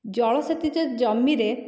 ଜଳସେଚିତ ଜମିରେ